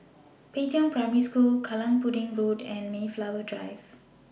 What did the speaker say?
Pei Tong Primary School Kallang Pudding Road and Mayflower Drive